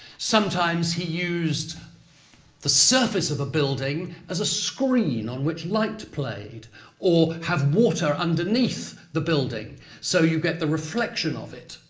sometimes he used the surface of a building as a screen on which light played or have water underneath the building so you get the reflection of it.